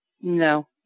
No